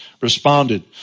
responded